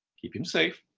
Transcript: keep him safe.